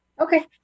Okay